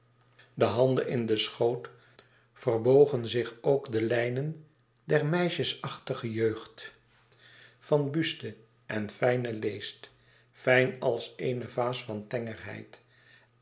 de handen in den schoot verbogen zich ook de lijnen der meisjes achtige jeugd van buste en fijnen leest fijn als eene vaas van